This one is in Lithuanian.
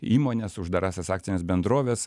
įmones uždarąsias akcines bendroves